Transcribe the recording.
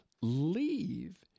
leave